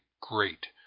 great